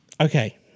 okay